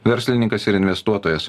verslininkas ir investuotojas